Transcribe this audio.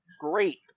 great